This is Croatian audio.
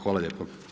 Hvala lijepo.